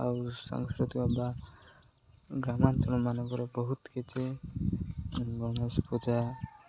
ଆଉ ସାଂସ୍କୃତିକ ବା ଗ୍ରାମାଞ୍ଚଳମାନଙ୍କର ବହୁତ କିଛି ଗଣେଶ ପୂଜା